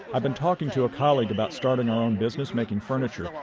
i've been talking to a colleague about starting our own business making furniture,